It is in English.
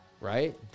right